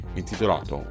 intitolato